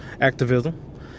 activism